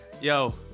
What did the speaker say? yo